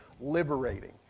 liberating